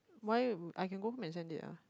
why I can go home and send it ah